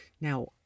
Now